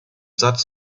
satz